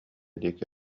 диэки